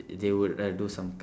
they would like do some